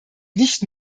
nicht